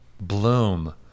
Bloom